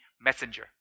messenger